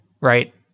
right